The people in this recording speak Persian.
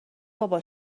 بابا